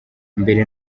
mbere